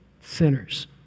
sinners